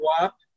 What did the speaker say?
WAP